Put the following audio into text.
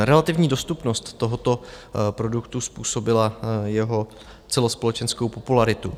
Relativní dostupnost tohoto produktu způsobila jeho celospolečenskou popularitu.